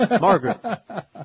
Margaret